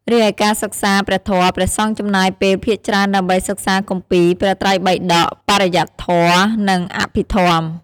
រីឯការសិក្សាព្រះធម៌ ព្រះសង្ឃចំណាយពេលភាគច្រើនដើម្បីសិក្សាគម្ពីរព្រះត្រៃបិដក បរិយត្តិធម៌ និងអភិធម្ម។